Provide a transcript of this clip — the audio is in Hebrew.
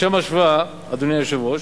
לשם השוואה, אדוני היושב-ראש,